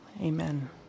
Amen